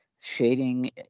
shading